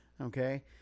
Okay